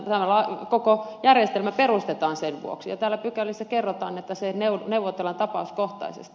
tämä koko järjestelmä perustetaan sen vuoksi ja täällä pykälissä kerrotaan että laina neuvotellaan tapauskohtaisesti